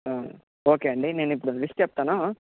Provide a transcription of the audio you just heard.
okay అండి నేనిప్పుడు list చెప్తాను